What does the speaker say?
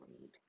read